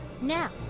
Now